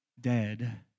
dead